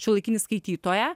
šiuolaikinį skaitytoją